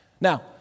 Now